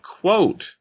quote